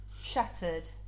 Shattered